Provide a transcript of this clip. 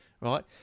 right